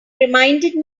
reminded